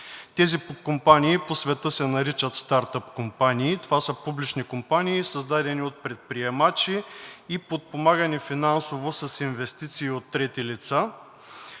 Тези компании по света се наричат стартъп компании. Това са публични компании, създадени от предприемачи, и подпомагани финансово с инвестиции от трети лица,